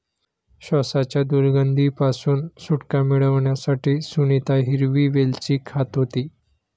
श्वासाच्या दुर्गंधी पासून सुटका मिळवण्यासाठी सुनीता हिरवी वेलची खात होती